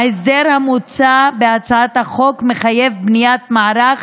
ההסדר המוצע בהצעת החוק מחייב בניית מערך